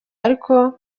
ariko